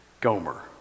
Gomer